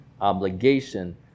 obligation